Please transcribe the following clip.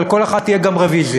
ועל כל אחת תהיה גם רוויזיה,